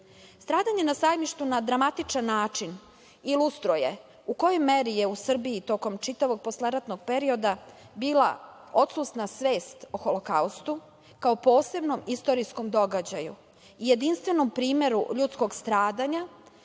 NDH.Stradanje na „Sajmištu“ na dramatičan način ilustruje u kojoj meri je u Srbiji tokom čitavog posleratnog perioda bila odsutna svest o Holokaustu kao posebnom istorijskom događaju i jedinstvenom primeru ljudskog stradanja